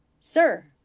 sir